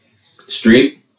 Street